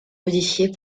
modifiée